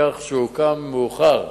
מכך שהוא הוקם מאוחר,